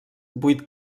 vuit